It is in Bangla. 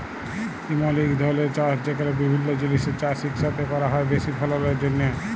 ইমল ইক ধরলের চাষ যেখালে বিভিল্য জিলিসের চাষ ইকসাথে ক্যরা হ্যয় বেশি ফললের জ্যনহে